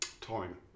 time